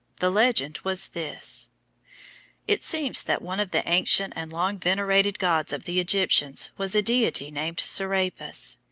the legend was this it seems that one of the ancient and long-venerated gods of the egyptians was a deity named serapis.